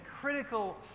critical